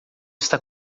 está